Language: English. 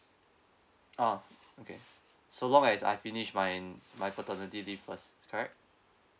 ah okay so long as I finish my my paternity leave first correct